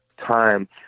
time